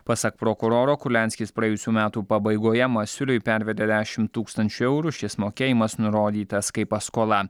pasak prokuroro kurlianskis praėjusių metų pabaigoje masiuliui pervedė dešimt tūksančių eurų šis mokėjimas nurodytas kaip paskola